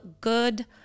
good